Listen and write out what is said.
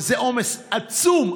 וזה עומס עצום,